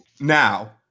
Now